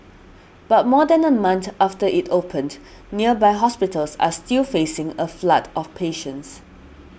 but more than a month after it opened nearby hospitals are still facing a flood of patients